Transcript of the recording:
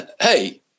Hey